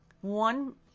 One